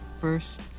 first